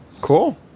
Cool